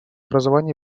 образование